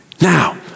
Now